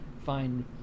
find